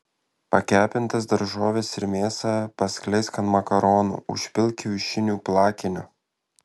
pakepintas daržoves ir mėsą paskleisk ant makaronų užpilk kiaušinių plakiniu